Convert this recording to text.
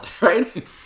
right